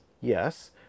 Yes